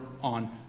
on